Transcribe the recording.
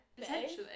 Potentially